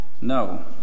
No